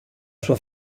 sua